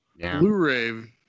Blu-ray